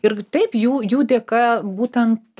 ir taip jų jų dėka būtent